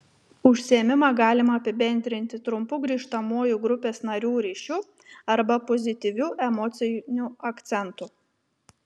užsiėmimą galima apibendrinti trumpu grįžtamuoju grupės narių ryšiu arba pozityviu emociniu akcentu